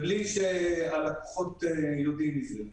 בלי שהלקוחות יודעים מזה.